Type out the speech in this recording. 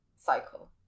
cycle